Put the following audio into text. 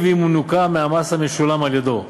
הואיל והיא מנוכה מהמס המשולם על-ידו.